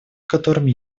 которыми